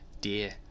dear